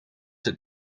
het